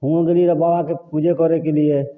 हुओँ गेलिए बाबाके पूजे करैकेलिए